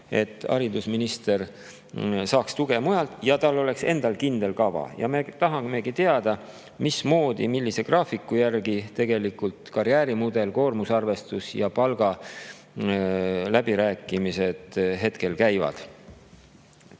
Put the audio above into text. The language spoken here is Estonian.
et haridusminister saaks tuge mujalt ja tal oleks endal kindel kava. Ja me tahamegi teada, mismoodi, millise graafiku järgi tegelikult karjäärimudeli, koormusarvestuse ja palga läbirääkimised hetkel käivad.